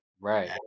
right